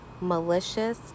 malicious